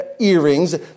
earrings